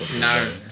No